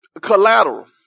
Collateral